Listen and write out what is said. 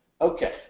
Okay